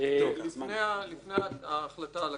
לפני ההחלטה על הקריאה הראשונה?